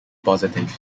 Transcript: positive